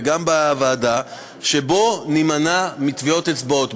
וגם בוועדה: בואו נימנע מטביעות אצבעות.